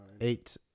eight